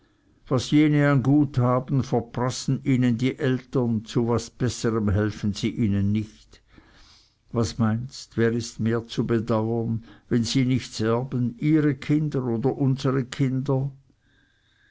was jene an gut haben verprassen ihnen die eltern zu was besserm helfen sie ihnen nicht was meinst wer ist mehr zu bedauern wenn sie nichts erben ihre kinder oder unsere kinder